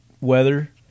weather